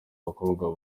abakobwa